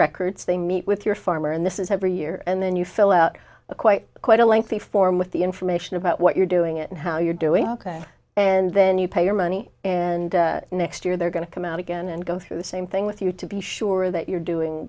records they meet with your farmer and this is every year and then you fill out a quite quite a lengthy form with the information about what you're doing it and how you're doing ok and then you pay your money and next year they're going to come out again and go through the same thing with you to be sure that you're doing